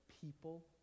people